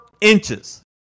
inches